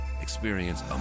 Experience